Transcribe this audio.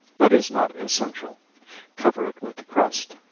but is not essential cover it with the crust.